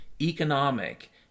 economic